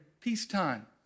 peacetime